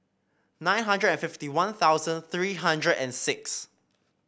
nine hundred and fifty One Thousand three hundred and six